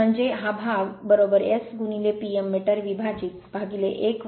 म्हणजे हा भाग S P m मीटर विभाजित 1 S आहे बरोबर